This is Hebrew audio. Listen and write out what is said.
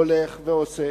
הולך ועושה.